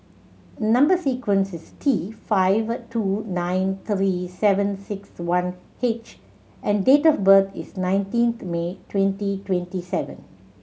number sequence is T five two nine three seven six one H and date of birth is nineteenth May twenty twenty seven